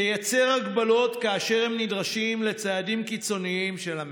תייצר הגבלות כאשר הן נדרשות לצעדים קיצוניים של הממשלה,